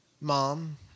Mom